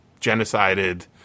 genocided